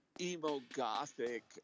emo-gothic